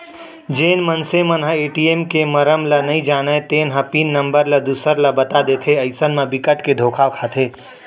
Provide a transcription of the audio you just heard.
जेन मनसे मन ह ए.टी.एम के मरम ल नइ जानय तेन ह पिन नंबर ल दूसर ल बता देथे अइसन म बिकट के धोखा खाथे